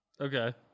Okay